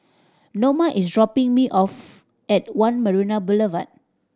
Noma is dropping me off at One Marina Boulevard